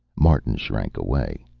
martin shrank away.